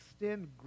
extend